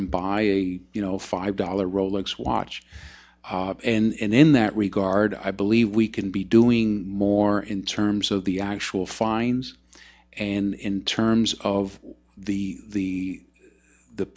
and buy a you know five dollar rolex watch and in that regard i believe we can be doing more in terms of the actual fines and in terms of the the the